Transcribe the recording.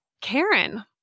Karen